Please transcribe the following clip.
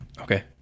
Okay